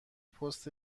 پست